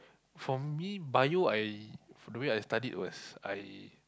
for me Bio I the way I studied was I